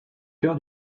cœur